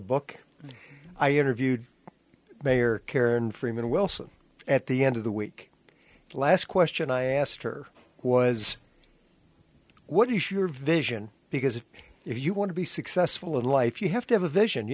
book i interviewed mayor karen freeman wilson at the end of the week last question i asked her was what is your vision because if you want to be successful in life you have to have a vision you